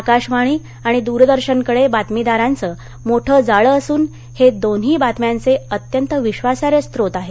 आकाशवाणी आणि दूरदर्शनकडे बातमीदारांचं मोठं जाळ असून हे दोन्ही बातम्यांचे अत्यंत विश्वासार्ह स्रोत आहेत